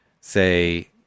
say